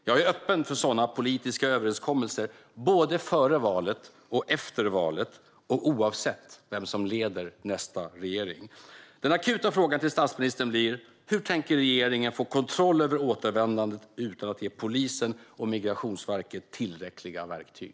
Jag är öppen för sådana politiska överenskommelser, både före valet och efter valet, oavsett vem som leder nästa regering. Den akuta frågan till statsministern blir: Hur tänker regeringen få kontroll över återvändandet utan att ge polisen och Migrationsverket tillräckliga verktyg?